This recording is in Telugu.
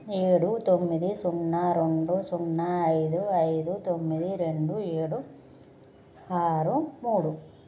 ఏడు తొమ్మిది సున్నా రెండు సున్నా ఐదు ఐదు తొమ్మిది రెండు ఏడు ఆరు మూడు